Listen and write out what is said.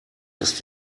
ist